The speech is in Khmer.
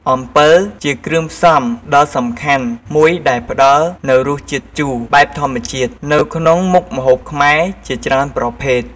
អំពិល ជាគ្រឿងផ្សំដ៏សំខាន់មួយដែលផ្តល់នូវរសជាតិជូរបែបធម្មជាតិនៅក្នុងមុខម្ហូបខ្មែរជាច្រើនប្រភេទ។